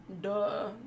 Duh